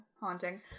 Haunting